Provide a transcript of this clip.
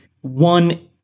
one